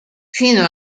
fino